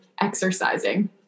exercising